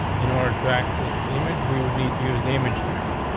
in order to access the image, we would need to use the image tax.